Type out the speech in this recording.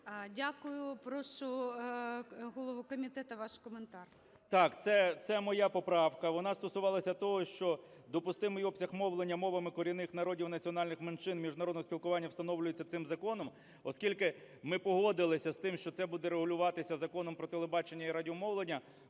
Дякую. Прошу голову комітету, ваш коментар.